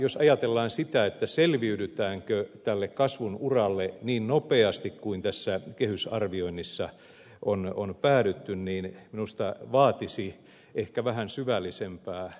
jos ajatellaan sitä selviydytäänkö tälle kasvun uralle niin nopeasti kuin tässä kehysarvioinnissa on päädytty niin minusta se vaatisi ehkä vähän syvällisempää pohdintaa